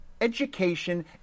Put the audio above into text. education